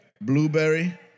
blueberry